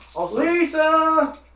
Lisa